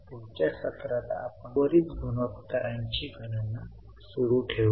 पुढच्या सत्रात आपण उर्वरित गुणोत्तरांची गणना सुरू ठेवू